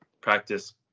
practice